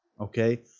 okay